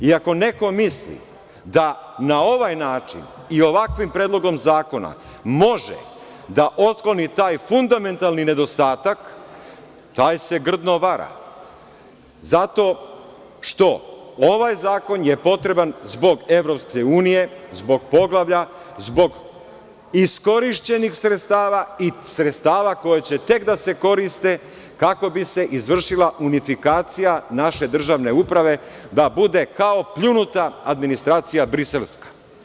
Ako neko misli da na ovaj način i ovakvim predlogom zakona može da otkloni taj fundamentalni nedostatak, taj se grdno vara, zato što je ovaj zakon potreban zbog EU, zbog poglavlja, zbog iskorišćenih sredstava i sredstava koja će tek da se koriste kako bi se izvršila unifikacija naše državne uprave da bude kao pljunuta administracija briselska.